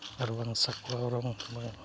ᱟᱨ ᱵᱟᱝ ᱥᱟᱠᱣᱟ ᱚᱨᱚᱝ ᱢᱟᱱᱮ